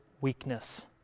weakness